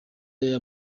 y’aya